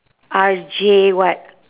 R_J what